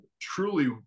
truly